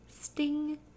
Sting